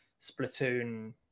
Splatoon